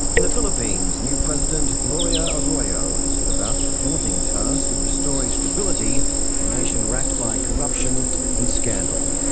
in the philippines, new president gloria arroyo has set about the daunting task of restoring stability to a nation wracked by corruption and scandal,